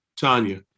Tanya